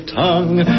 tongue